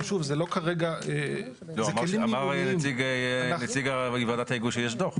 לא, אמר נציג ועדת ההיגוי שיש דוח.